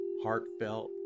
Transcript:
heartfelt